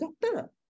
doctor